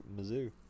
mizzou